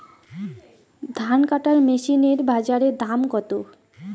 ধান কাটার মেশিন এর বাজারে দাম কতো?